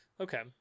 Okay